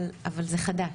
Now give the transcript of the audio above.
אבל זה חדש.